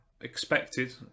expected